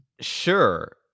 Sure